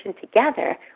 together